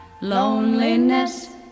Loneliness